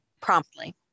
promptly